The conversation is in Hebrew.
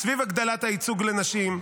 סביב הגדלת הייצוג לנשים,